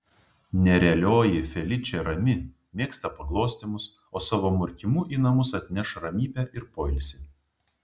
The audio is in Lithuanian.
nerealioji feličė rami mėgsta paglostymus o savo murkimu į namus atneš ramybę ir poilsį